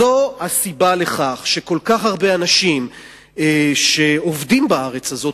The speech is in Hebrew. זו הסיבה לכך שכל כך הרבה אנשים שעובדים בארץ הזאת,